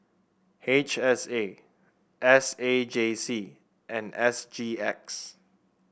H S A S A J C and S G X